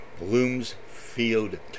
Bloomsfield